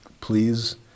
please